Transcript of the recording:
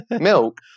milk